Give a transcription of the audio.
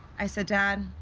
i said, dad,